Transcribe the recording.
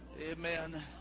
Amen